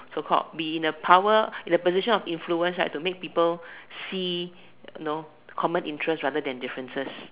so called be in a power in a position of influence right to make people see you know common interests rather than differences